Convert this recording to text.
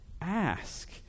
ask